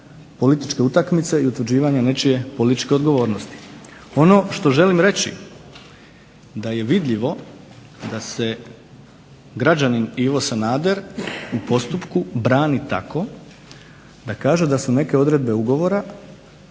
političke utakmice i utvrđivanje nečije političke odgovornosti. Ono što želim reći da je vidljivo da se građanin Ivo Sanader u postupku brani tako da kaže da su neke odredbe ugovora